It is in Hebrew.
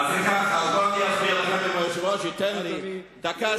אדוני היושב-ראש ייתן לי דקה,